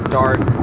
dark